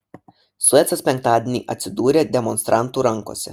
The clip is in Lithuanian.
suecas penktadienį atsidūrė demonstrantų rankose